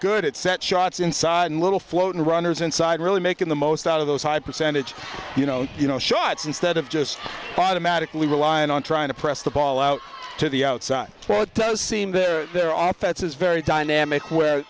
good at set shots inside and little floatin runners inside really making the most out of those high percentage you know you know shots instead of just by the magically relying on trying to press the ball out to the outside what does seem to their office is very dynamic where